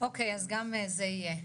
אוקי, אז גם זה יהיה.